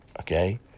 okay